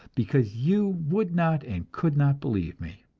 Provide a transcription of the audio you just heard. because you would not and could not believe me.